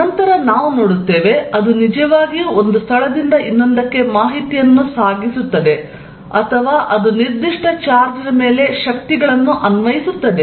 ನಂತರ ನಾವು ನೋಡುತ್ತೇವೆ ಅದು ನಿಜವಾಗಿಯೂ ಒಂದು ಸ್ಥಳದಿಂದ ಇನ್ನೊಂದಕ್ಕೆ ಮಾಹಿತಿಯನ್ನು ಸಾಗಿಸುತ್ತದೆ ಅಥವಾ ಅದು ನಿರ್ದಿಷ್ಟ ಚಾರ್ಜ್ನ ಮೇಲೆ ಶಕ್ತಿಗಳನ್ನು ಅನ್ವಯಿಸುತ್ತದೆ